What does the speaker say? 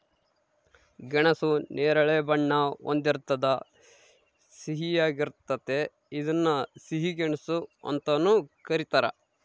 ಗೆಣಸು ನೇರಳೆ ಬಣ್ಣ ಹೊಂದಿರ್ತದ ಸಿಹಿಯಾಗಿರ್ತತೆ ಇದನ್ನ ಸಿಹಿ ಗೆಣಸು ಅಂತಾನೂ ಕರೀತಾರ